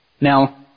Now